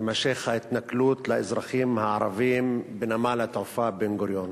תימשך ההתנכלות לאזרחים הערבים בנמל התעופה בן-גוריון?